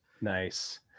Nice